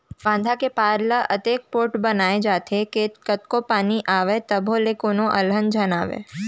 बांधा के पार ल अतेक पोठ बनाए जाथे के कतको पानी आवय तभो ले कोनो अलहन झन आवय